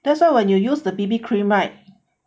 that's why when you use the B_B cream right